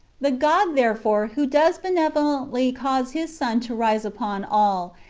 the god, therefore, who does benevolently cause his sun to rise upon all,